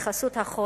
בחסות החושך,